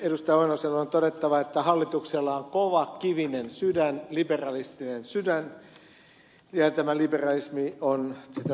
lauri oinoselle on todettava että hallituksella on kova kivinen sydän liberalistinen sydän ja tämä liberalismi on talousliberalismia